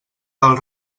tal